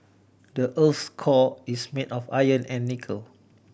the earth's core is made of iron and nickel